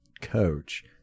coach